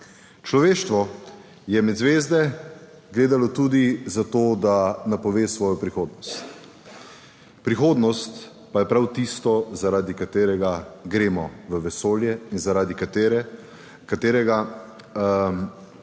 Človeštvo je med zvezde gledalo tudi zato, da je napovedalo svojo prihodnost. Prihodnost pa je prav tisto, zaradi katere gremo v vesolje in zaradi katere